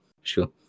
Sure